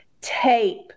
tape